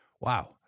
wow